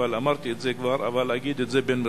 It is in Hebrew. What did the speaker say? אבל אמרתי את זה כבר ואגיד את זה במירכאות.